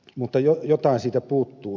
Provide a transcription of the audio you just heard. mutta jotain siitä puuttuu